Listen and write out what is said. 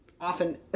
often